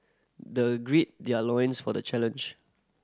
the grid their loins for the challenge